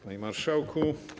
Panie Marszałku!